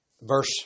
verse